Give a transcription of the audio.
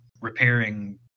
repairing